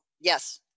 Yes